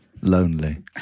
lonely